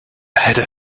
header